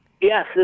Yes